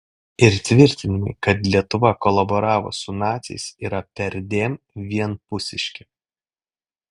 ir tvirtinimai kad lietuva kolaboravo su naciais yra perdėm vienpusiški